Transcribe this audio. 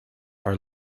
are